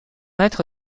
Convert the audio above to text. être